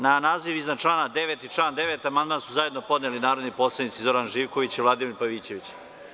Na naziv iznad člana 9. i član 9. amandman su zajedno podneli narodni poslanici Zoran Živković i Vladimir Pavićević.